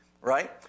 right